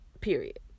period